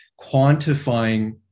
quantifying